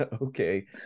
okay